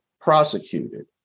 prosecuted